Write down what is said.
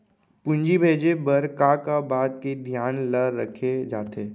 पूंजी भेजे बर का का बात के धियान ल रखे जाथे?